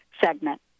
segment